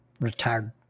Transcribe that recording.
retired